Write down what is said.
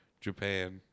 Japan